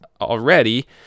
already